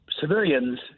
civilians